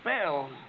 spell